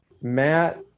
Matt